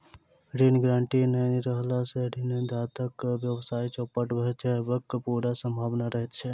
ऋण गारंटी नै रहला सॅ ऋणदाताक व्यवसाय चौपट भ जयबाक पूरा सम्भावना रहैत छै